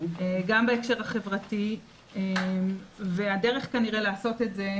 גם בהקשר החברתי והדרך כנראה לעשות את זה,